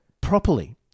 properly